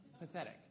pathetic